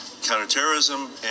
Counterterrorism